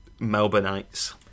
Melbourneites